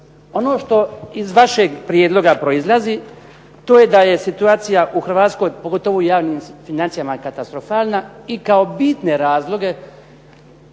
Ono što iz vašeg prijedloga proizlazi to je da je situacija u Hrvatskoj pogotovo u javnim financijama katastrofalna i kao bitne razloge